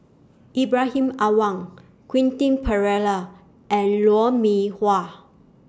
Ibrahim Awang Quentin Pereira and Lou Mee Wah